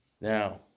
Now